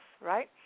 right